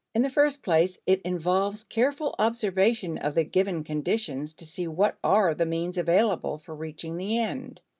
in the first place, it involves careful observation of the given conditions to see what are the means available for reaching the end,